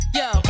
yo